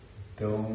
então